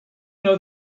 know